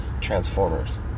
Transformers